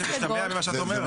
זה מה שמשתמע ממה שאת אומרת.